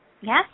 Yes